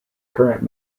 current